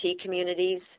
communities